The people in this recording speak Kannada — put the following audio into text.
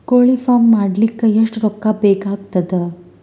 ಕೋಳಿ ಫಾರ್ಮ್ ಮಾಡಲಿಕ್ಕ ಎಷ್ಟು ರೊಕ್ಕಾ ಬೇಕಾಗತದ?